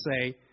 say